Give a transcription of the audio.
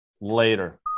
later